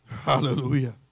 Hallelujah